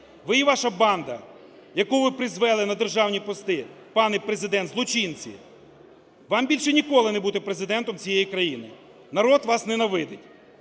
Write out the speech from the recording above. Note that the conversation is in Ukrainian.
Ви і ваша банда, яку ви призвели на державні пости, пане Президент, - злочинці. Вам більше ніколи не бути Президентом цієї країни, народ вас ненавидить.